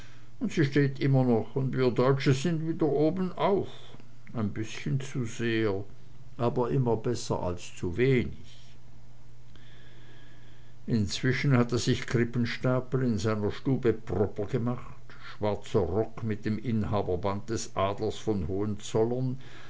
sie steht immer noch und wir deutsche sind wieder obenauf ein bißchen zu sehr aber immer besser als zuwenig inzwischen hatte sich krippenstapel in seiner stube proper gemacht schwarzer rock mit dem inhaberband des adlers von hohenzollern